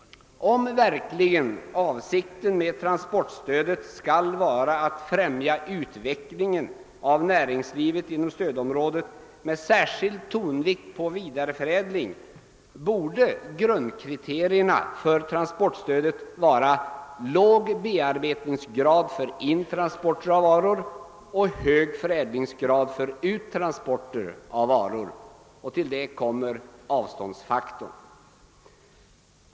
Om avsikten med transportstödet verkligen skall vara att främja utvecklingen av näringslivet inom stödområdet med särskild tonvikt på vidareförädling borde grundkriterierna för transportstödet vara låg bearbetningsgrad för intransporterade varor och hög förädlingsgrad för uttransporterade varor. Därtill kommer avståndsfaktorn.